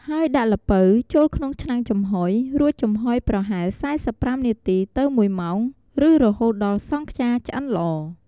ហើយដាក់ល្ពៅចូលក្នុងឆ្នាំងចំហុយ រួចចំហុយប្រហែល ៤៥ នាទី ទៅ ១ ម៉ោង ឬរហូតដល់សង់ខ្យាឆ្អិនល្អ ។